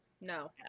No